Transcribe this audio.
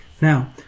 Now